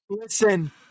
Listen